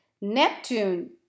Neptune